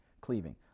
Cleaving